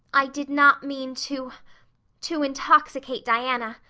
i did not mean to to intoxicate diana.